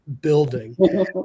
building